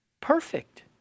Perfect